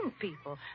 people